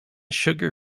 sugar